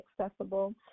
accessible